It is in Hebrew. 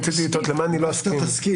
אני תוהה למה אני לא אסכים.